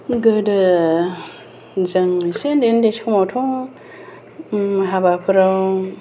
गोदो जों एसे एसे उनदै उनदै समावथ' हाबाफोराव